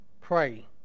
Pray